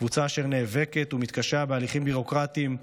קבוצה אשר נאבקת ומתקשה בהליכים ביורוקרטיים,